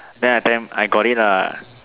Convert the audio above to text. then I tell him I got it lah